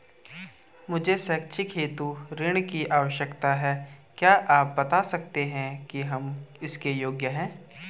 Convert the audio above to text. मुझे शैक्षिक हेतु ऋण की आवश्यकता है क्या आप बताना सकते हैं कि हम इसके योग्य हैं?